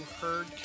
heard